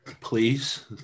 please